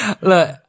Look